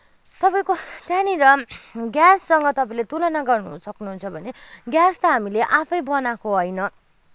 तपाईँको त्यहाँनिर ग्याससँग तपाईँले तुलना गर्न सक्नुहुन्छ भने ग्यास हामीले आफै बनाएको होइन